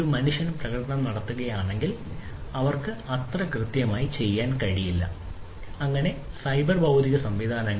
ഒരു മനുഷ്യൻ പ്രകടനം നടത്തുകയാണെങ്കിൽ അവർക്ക് അത് അത്ര കൃത്യമായി ചെയ്യാൻ കഴിയില്ല അങ്ങനെ സൈബർ ഭൌതിക സംവിധാനങ്ങൾ